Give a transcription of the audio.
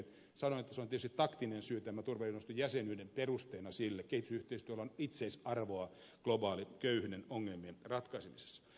sanoin että se on tietysti taktinen syy turvaneuvoston jäsenyyden perusteena sille kehitysyhteistyöllä on itseisarvoa globaalin köyhyyden ongelmien ratkaisemisessa